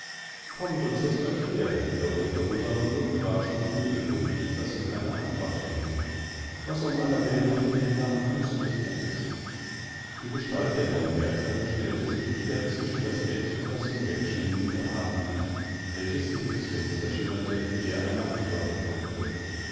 kommt und setzt euch her wiederholte rosamunde und ward schon ungeduldig daßsiekeineantworterhielt wasumallerweltwillenmachtihrdenndaamfußedes bettes die gestalt der neuen wärterin stellte sich wieder zwischen das bett und das hinwegschwindende abendlicht welches durch das fenster schimmerte ehe eine antworterfolgte eswirdabend